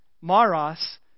Maros